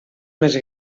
més